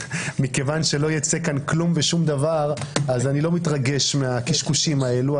מכיוון שלא ייצא כאן כלום ושום דבר אז אני לא מתרגש מהקשקושים האלו.